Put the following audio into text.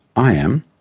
i am.